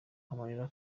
amarira